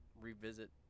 revisit